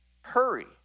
Hurry